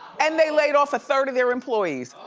and they laid off a third of their employees.